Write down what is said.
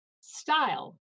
Style